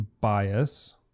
bias